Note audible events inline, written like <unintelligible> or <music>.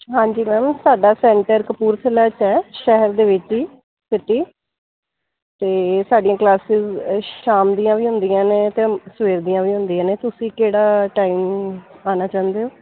ਹਾਂਜੀ ਮੈਮ ਸਾਡਾ ਸੈਂਟਰ ਕਪੂਰਥਲਾ ਚ ਹੈ ਸ਼ਹਿਰ ਦੇ ਵਿੱਚ ਹੀ <unintelligible> ਅਤੇ ਸਾਡੀਆਂ ਕਲਾਸਿਜ ਸ਼ਾਮ ਦੀਆਂ ਵੀ ਹੁੰਦੀਆਂ ਨੇ ਅਤੇ ਸਵੇਰ ਦੀਆਂ ਵੀ ਹੁੰਦੀਆਂ ਨੇ ਤੁਸੀਂ ਕਿਹੜਾ ਟਾਈਮ ਆਉਣਾ ਚਾਹੁੰਦੇ ਹੋ